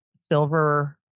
silver